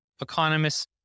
economists